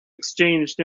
exchanged